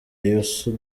youssou